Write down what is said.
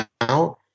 now